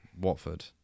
Watford